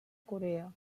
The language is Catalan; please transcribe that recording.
corea